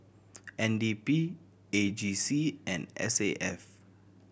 N D P A G C and S A F